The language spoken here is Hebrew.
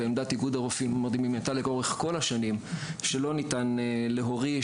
ועמדת איגוד הרופאים המרדימים הייתה לאורך כל השנים שלא ניתן להוריש,